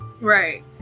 Right